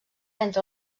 entre